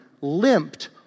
limped